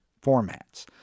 formats